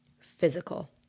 physical